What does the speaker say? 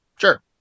Sure